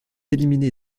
éliminé